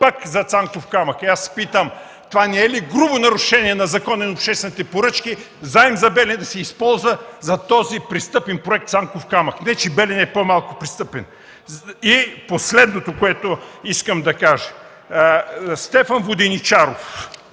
пак за „Цанков камък”. Затова питам: това не е ли грубо нарушение на Закона за обществените поръчки, заем за „Белене” да се използва за този престъпен проект „Цанков камък”? Не че „Белене” е по-малко престъпен. Последното, което искам да кажа. Стефан Воденичаров,